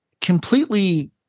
completely